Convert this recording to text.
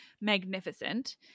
Magnificent